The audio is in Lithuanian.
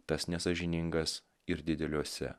tas nesąžiningas ir dideliuose